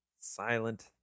silent